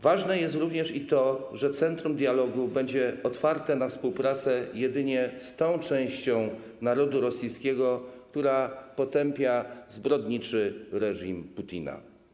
Ważne jest również i to, że centrum dialogu będzie otwarte na współpracę jedynie z tą częścią narodu rosyjskiego, która potępia zbrodniczy reżim Putina.